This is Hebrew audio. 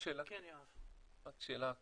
שאלה כללית.